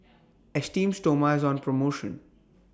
Esteem Stoma IS on promotion